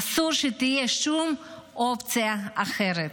אסור שתהיה שום אופציה אחרת.